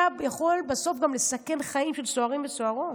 ויכול בסוף גם לסכן חיים של סוהרים וסוהרות,